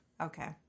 Okay